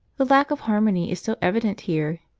lack of harmony is so evident here,